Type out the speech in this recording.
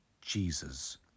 Jesus